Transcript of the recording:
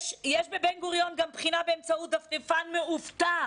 יש בבן גוריון גם בחינה באמצעות דפדפן מאובטח.